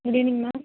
good evening ma'am